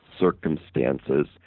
Circumstances